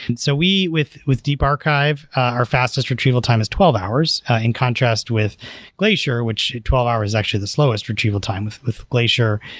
and so we, with with deep archive, our fastest retrieval time is twelve hours in contrast with glacier, which twelve hours is actually the slowest retrieval time. with with glacier,